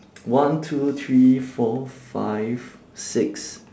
one two three four five six